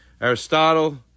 Aristotle